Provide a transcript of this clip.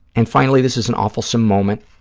and finally, this is an awfulsome moment